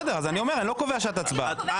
בסדר, אני לא קובע שעת הצבעה.